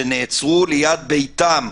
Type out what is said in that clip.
שנעצרו ליד ביתם.